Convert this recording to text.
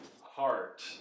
heart